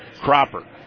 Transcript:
Cropper